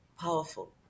powerful